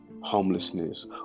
homelessness